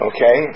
Okay